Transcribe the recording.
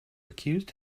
accused